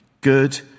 good